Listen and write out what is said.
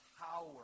power